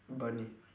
bunny